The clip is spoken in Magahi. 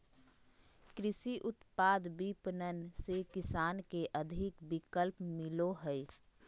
कृषि उत्पाद विपणन से किसान के अधिक विकल्प मिलो हइ